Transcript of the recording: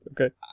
Okay